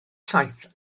llaeth